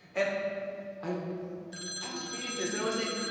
and i i was reading this and i was saying,